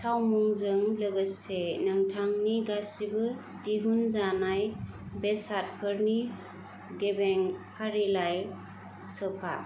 सावमुंजों लोगोसे नोंथांनि गासिबो दिहुनजानाय बेसादफोरनि गेबें फारिलाइ सोफा